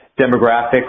demographics